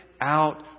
out